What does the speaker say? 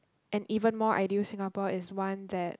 and even more ideal Singapore is one that